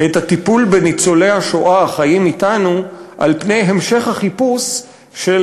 את הטיפול בניצולי השואה החיים אתנו על המשך החיפוש של